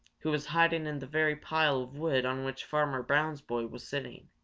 who was hiding in the very pile of wood on which farmer brown's boy was sitting.